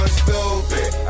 stupid